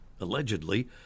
allegedly